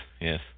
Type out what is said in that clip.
yes